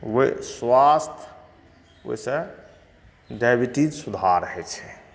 वे स्वास्थ ओहिसे डाइबिटीज सुधार हइ छै